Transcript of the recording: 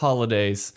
Holidays